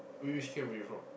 which which camp were you from